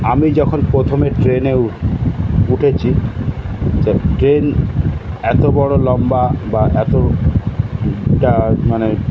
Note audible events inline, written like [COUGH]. আমি যখন প্রথমে ট্রেনে উঠ উঠেছি তো ট্রেন এত বড় লম্বা বা এত [UNINTELLIGIBLE] মানে